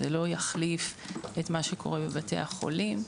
זה לא יחליף את מה שקורה בבתי החולים,